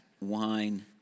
wine